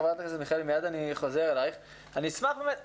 דניאלה פרידמן,